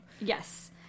Yes